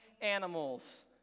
animals